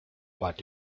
but